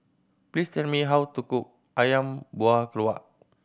please tell me how to cook Ayam Buah Keluak